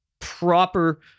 proper